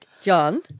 John